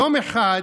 יום אחד